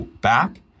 back